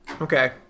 okay